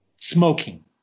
smoking